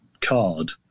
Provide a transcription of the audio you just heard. card